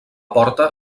porta